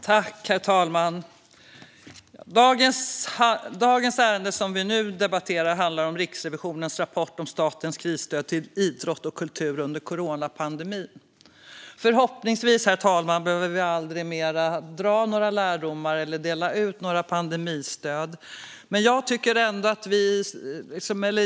Herr talman! Dagens ärende som vi nu debatterar handlar om Riksrevisionens rapport om statens krisstöd till idrott och kultur under coronapandemin. Förhoppningsvis behöver vi aldrig mer dra några lärdomar eller dela ut några pandemistöd.